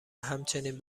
همچنین